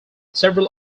several